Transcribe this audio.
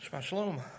Shalom